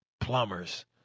plumbers